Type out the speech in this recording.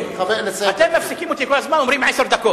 כבר עברו עשר דקות.